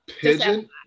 Pigeon